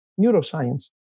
neuroscience